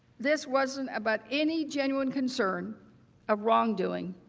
this wasn't about any genuine concern of wrongdoing.